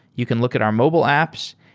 you can look at our mobile apps.